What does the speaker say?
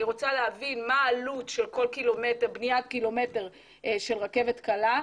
אני רוצה להבין מה העלות של בניית קילומטר של רכבת קלה,